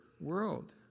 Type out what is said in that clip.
world